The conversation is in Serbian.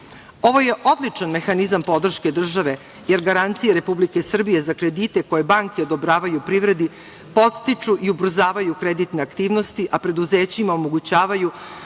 je odličan mehanizam podrške države, jer garancije Republike Srbije za kredite koje banke odobravaju privredi podstiču i ubrzavaju kreditne aktivnosti, a preduzećima omogućavaju